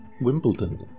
Wimbledon